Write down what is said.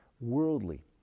worldly